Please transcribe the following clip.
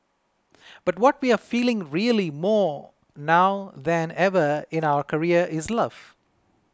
but what we are feeling really more now than ever in our career is love